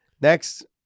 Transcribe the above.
Next